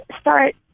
start